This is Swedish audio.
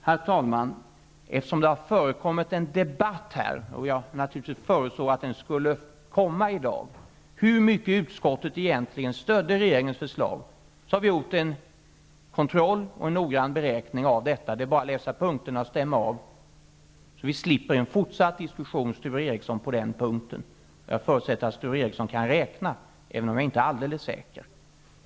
Herr talman! Det har förekommit en debatt här -- och jag förutsåg att den skulle komma i dag -- om hur mycket utskottet egentligen stöder regeringens förslag. Vi har gjort en kontroll och en noggrann beräkning av detta. Det är bara att läsa punkterna och stämma av, så att vi slipper en fortsatt diskussion på den punkten, Sture Ericson. Jag förutsätter att Sture Ericson kan räkna även om jag inte är alldeles säker.